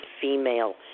female